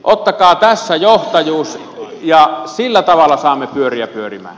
ottakaa tässä johtajuus ja sillä tavalla saamme pyöriä pyörimään